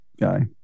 guy